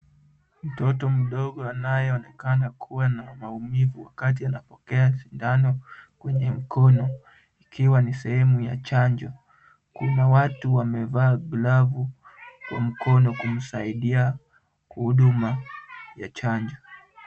Mtoto mdogo anayeonekana kuwa na maumivu wakati anapokea sindano kwenye mkono ikiwa ni sehemu ya chanjo. Kuna watu wamevaa glavu kwa mkono kumsaidia kwa huduma ya chanjo.